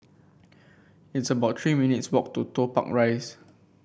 it's about Three minutes' walk to Toh Tuck Rise